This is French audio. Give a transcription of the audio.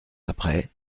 après